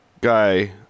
guy